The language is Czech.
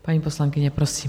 Paní poslankyně, prosím.